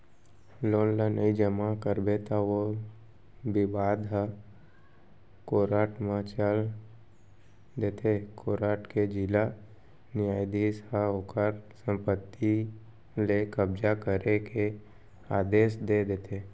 loan ल नइ जमा करबे त ओ बिबाद ह कोरट म चल देथे कोरट के जिला न्यायधीस ह ओखर संपत्ति ले कब्जा करे के आदेस दे देथे